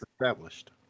Established